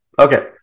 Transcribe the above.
Okay